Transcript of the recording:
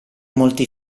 molti